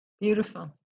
beautiful